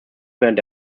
während